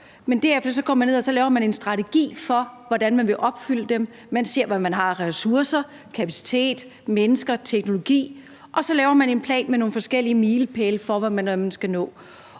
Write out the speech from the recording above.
og så laver man en strategi for, hvordan man vil opfylde dem, og man ser, hvad man har af ressourcer, kapacitet, mennesker og teknologi, og så laver man en plan med nogle forskellige milepæle for, hvad man skal nå.